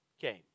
came